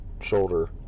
shoulder